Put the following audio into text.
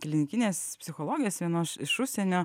klinikinės psichologijos vienos iš užsienio